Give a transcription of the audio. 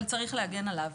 אבל צריך להגן עליו.